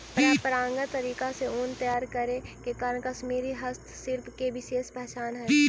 परम्परागत तरीका से ऊन तैयार करे के कारण कश्मीरी हस्तशिल्प के विशेष पहचान हइ